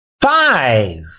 Five